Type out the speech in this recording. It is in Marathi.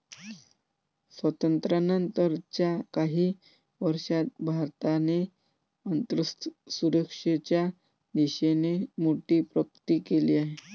स्वातंत्र्यानंतर च्या काही वर्षांत भारताने अन्नसुरक्षेच्या दिशेने मोठी प्रगती केली आहे